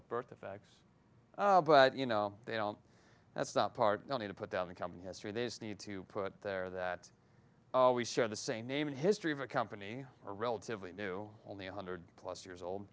with birth defects but you know they don't that's not part no need to put down the company history they need to put there that we share the same name in history of a company are relatively new only a hundred plus years old